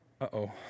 Uh-oh